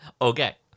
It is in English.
Okay